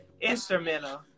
instrumental